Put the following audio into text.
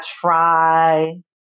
try